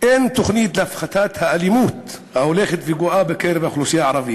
אין תוכנית להפחתת האלימות ההולכת וגואה בקרב האוכלוסייה הערבית.